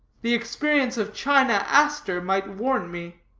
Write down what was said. the experience of china aster might warn me.